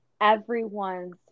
Everyone's